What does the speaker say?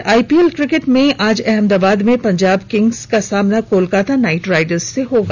और IPL cricket में आज अहमदाबाद में पंजाब किंग्स का सामना कोलकाता नाइट राइडर्स से होगा